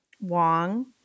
Wong